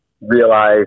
realize